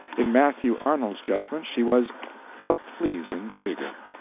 in matthew arnold's judgment, she was a pleasing figure.